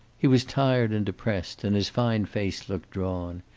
he was tired and depressed, and his fine face looked drawn.